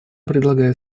предлагаю